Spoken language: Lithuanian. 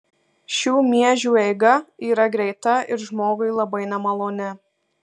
šių miežių eiga yra greita ir žmogui labai nemaloni